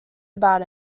about